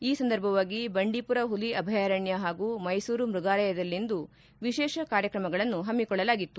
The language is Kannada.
ಈ ಸಂದರ್ಭವಾಗಿ ಬಂಡೀಪುರ ಹುಲ ಅಭಯಾರಣ್ಣ ಹಾಗೂ ಮೈಸೂರು ಮೃಗಾಲಯದಲ್ಲಿಂದು ವಿಶೇಷ ಕಾರ್ಯಕ್ರಮಗಳನ್ನು ಹಮ್ಮಿಕೊಳ್ಳಲಾಗಿತ್ತು